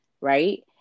right